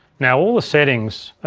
now, all the settings,